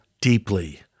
deeply